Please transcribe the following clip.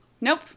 Nope